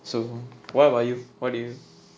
so what about you what do you